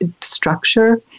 structure